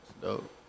Dope